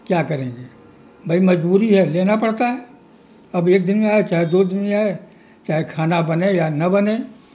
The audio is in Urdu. کیا کریں گے بھئی مجبوری ہے لینا پڑتا ہے اب ایک دن میں آئے چاہے دو دن میں آئے چاہے کھانا بنے یا نہ بنے